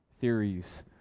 theories